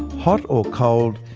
hot or cold,